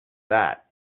that